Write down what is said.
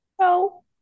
No